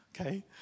okay